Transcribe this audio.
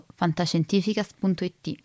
fantascientificas.it